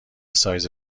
سایز